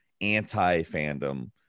anti-fandom